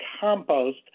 compost